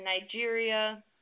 Nigeria